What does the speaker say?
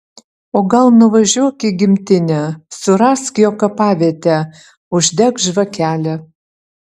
o gal nuvažiuok į gimtinę surask jo kapavietę uždek žvakelę